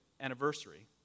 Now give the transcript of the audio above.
anniversary